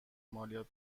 مالیات